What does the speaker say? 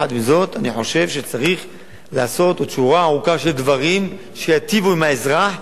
עם זאת אני חושב שצריך לעשות עוד שורה ארוכה של דברים שייטיבו עם האזרח,